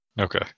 Okay